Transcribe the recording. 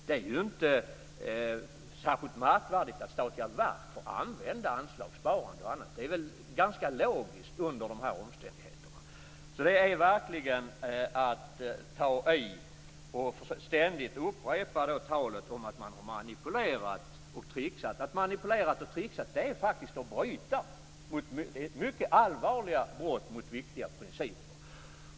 Det är inte särskilt märkvärdigt att statliga verk får använda anslag, sparande och annat; det är ganska logiskt under de här omständigheterna. Det är verkligen att ta i att ständigt upprepa talet om att man har manipulerat och tricksat. Att manipulera och tricksa är ett mycket allvarligt brott mot viktiga principer.